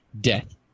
death